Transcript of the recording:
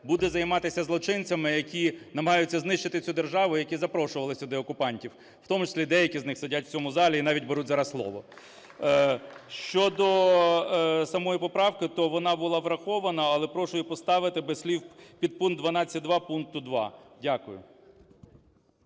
буде займатися злочинцями, які намагаються знищити цю державу, які запрошували сюди окупантів, в тому числі і деякі з них сидять в цьому залі і навіть беруть зараз слово. Щодо самої поправки, то вона була врахована, але прошу її поставити без слів "підпункт 12.2 пункту